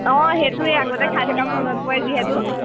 অঁ সেইটোৱে আগতে খাই থকা মনত পৰে যিহেতু